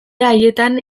haietan